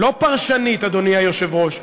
לא פרשנית, אדוני היושב-ראש,